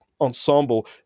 ensemble